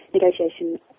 negotiation